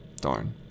Darn